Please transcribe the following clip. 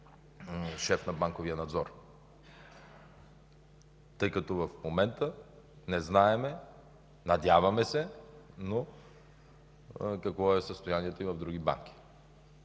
шеф на банковия надзор, тъй като в момента не знаем, надяваме се, но... какво е състоянието на други банки.